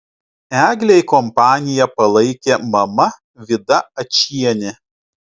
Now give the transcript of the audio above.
eglei kompaniją palaikė mama vida ačienė